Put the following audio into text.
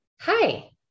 Hi